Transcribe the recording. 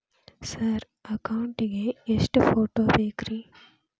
Sir account ಗೇ ಎಷ್ಟು photo ಬೇಕ್ರಿ?